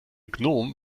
gnom